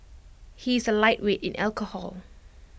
he is A lightweight in alcohol